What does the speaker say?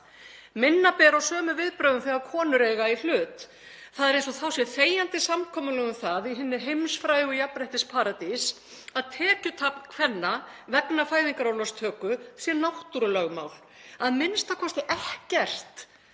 Minna ber á sömu viðbrögðum þegar konur eiga í hlut. Það er eins og þá sé þegjandi samkomulag um það í hinni heimsfrægu jafnréttisparadís að tekjutap kvenna vegna fæðingarorlofstöku sé náttúrulögmál, a.m.k. ekkert